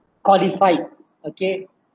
qualify okay